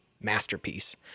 masterpiece